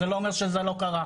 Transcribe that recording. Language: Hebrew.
אבל זה לא אומר שזה לא קרה.